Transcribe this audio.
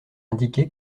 indiqué